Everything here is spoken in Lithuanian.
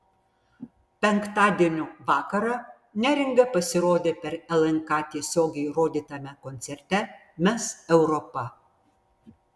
penktadienio vakarą neringa pasirodė per lnk tiesiogiai rodytame koncerte mes europa